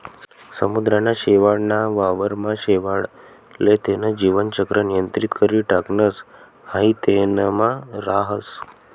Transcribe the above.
समुद्रना शेवाळ ना वावर मा शेवाळ ले तेन जीवन चक्र नियंत्रित करी टाकणस हाई तेनमा राहस